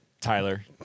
Tyler